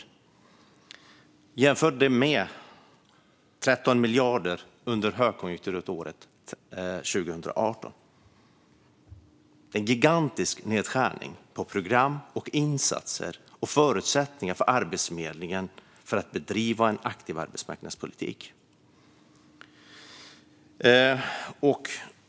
Det kan jämföras med 13 miljarder under högkonjunkturåret 2018. Det är en gigantisk nedskärning på program och insatser och på Arbetsförmedlingens förutsättningar att bedriva en aktiv arbetsmarknadspolitik.